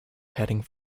heading